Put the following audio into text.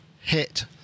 hit